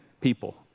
people